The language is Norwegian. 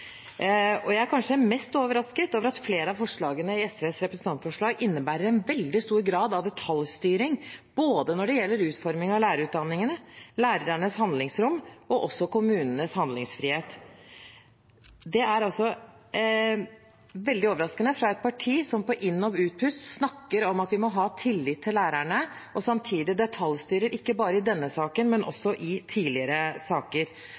Jeg er kanskje mest overrasket over at flere av forslagene i SVs representantforslag innebærer en veldig stor grad av detaljstyring både når det gjelder utforming av lærerutdanningene, lærernes handlingsrom og også kommunenes handlingsfrihet. Det er veldig overraskende fra et parti som på inn- og utpust snakker om at vi må ha tillit til lærerne, samtidig å detaljstyre ikke bare i denne saken, men også i tidligere saker.